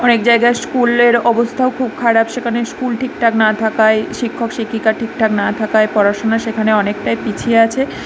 অনেক জায়গায় স্কুলের অবস্থাও খুব খারাপ সেখানে স্কুল ঠিকঠাক না থাকায় শিক্ষক শিক্ষিকা ঠিকঠাক না থাকায় পড়াশোনা সেখানে অনেকটাই পিছিয়ে আছে